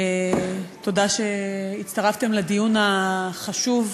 תודה שהצטרפתם לדיון החשוב,